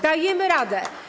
Dajemy radę.